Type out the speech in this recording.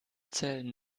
zählen